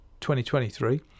2023